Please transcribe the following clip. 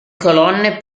colonne